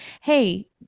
Hey